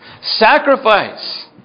Sacrifice